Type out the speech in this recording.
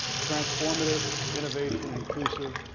transformative, innovation, inclusive,